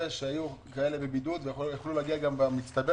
היו כאלה בבידוד, ויכלו להגיע במצטבר